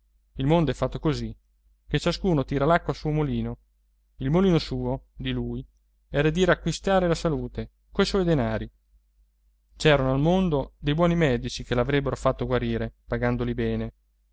il mondo è fatto così che ciascuno tira l'acqua al suo mulino il mulino suo di lui era di riacquistare la salute coi suoi denari c'erano al mondo dei buoni medici che l'avrebbero fatto guarire pagandoli bene